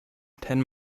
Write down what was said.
ten